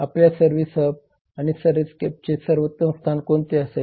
आपल्या service hub आणि सर्व्हिसस्केपचे सर्वोत्तम स्थान कोणते असेल